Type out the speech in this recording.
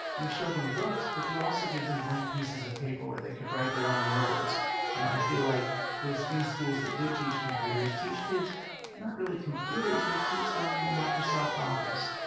you show them books, but you also give them blank pieces of paper where they can write their own words. now you know i feel like those few schools that do teach computers, teach kids not really computers, they teach them microsoft office,